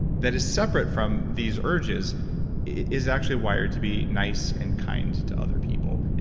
that is separate from these urges is actually wired to be nice and kind to other people. and